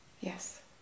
Yes